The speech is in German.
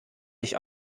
dich